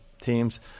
teams